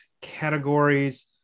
categories